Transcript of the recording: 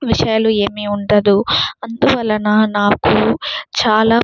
విషయాలు ఏమీ ఉండదు అందువలన నాకు చాలా